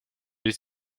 les